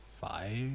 five